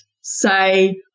say